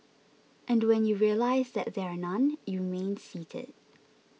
and when you realise that there are none you remain seated